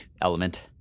element